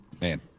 Man